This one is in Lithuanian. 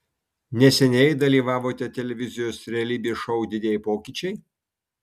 neseniai dalyvavote televizijos realybės šou didieji pokyčiai